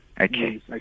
Okay